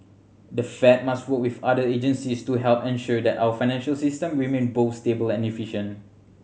the Fed must work with other agencies to help ensure that our financial system remain both stable and efficient